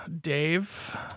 Dave